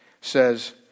says